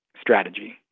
strategy